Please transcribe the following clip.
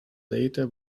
later